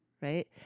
right